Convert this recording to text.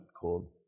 called